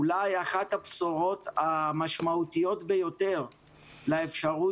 אולי אחת הבשורות המשמעותיות ביותר לאפשרות